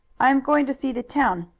i am going to see the town.